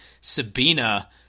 Sabina